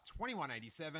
2187